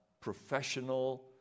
professional